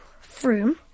Froom